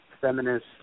feminist